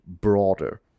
broader